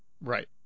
right